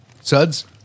Suds